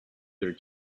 their